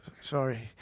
sorry